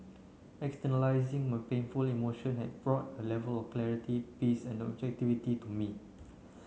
externalizing my painful emotion had brought A Level of clarity peace and objectivity to me